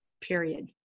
period